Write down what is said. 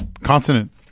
Consonant